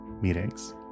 meetings